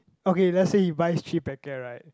okay let's say he buys three packet right